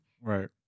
Right